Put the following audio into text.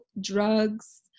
drugs